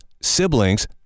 siblings